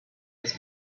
his